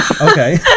Okay